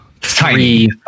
three